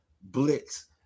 Blitz